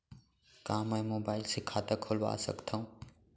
का मैं मोबाइल से खाता खोलवा सकथव?